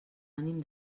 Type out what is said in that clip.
ànim